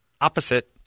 Opposite